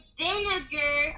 vinegar